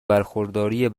برخورداری